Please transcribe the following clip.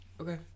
okay